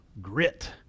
Grit